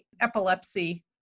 Epilepsy